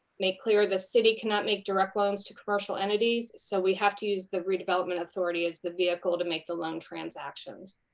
make clear, the city cannot make direct loans to commercial entities, so we have to use the redevelopment authority as the vehicle to make the loan transactions.